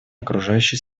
окружающей